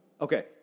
Okay